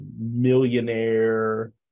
millionaire